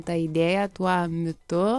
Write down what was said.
ta idėja tuo mitu